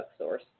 Source